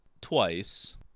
twice